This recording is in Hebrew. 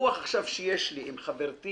הוויכוח שיש לי עכשיו עם חברתי